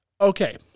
Okay